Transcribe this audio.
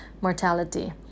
mortality